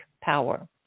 power